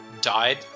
died